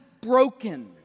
broken